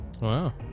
Wow